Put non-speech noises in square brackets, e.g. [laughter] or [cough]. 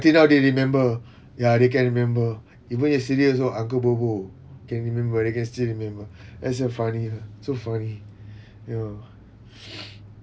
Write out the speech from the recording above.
until now they remember ya they can remember even yesterday also uncle bobo can remember they can still remember that's so funny lah so funny ya [breath]